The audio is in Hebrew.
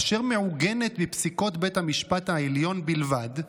אשר מעוגנת בפסיקות בית המשפט העליון בלבד,